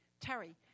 terry